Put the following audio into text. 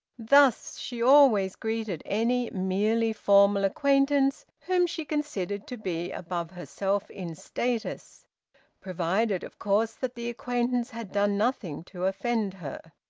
thus she always greeted any merely formal acquaintance whom she considered to be above herself in status provided, of course, that the acquaintance had done nothing to offend her.